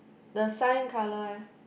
the sign colour eh